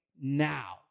now